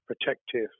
protective